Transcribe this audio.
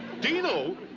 Dino